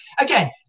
Again